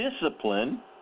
discipline